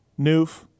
Noof